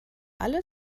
alle